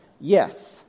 Yes